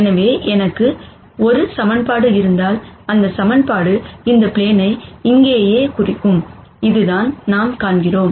எனவே எனக்கு ஒரு ஈக்குவேஷன் இருந்தால் அந்த ஈக்குவேஷன் இந்த பிளேனை இங்கேயே குறிக்கும் இதுதான் நாம் காண்கிறோம்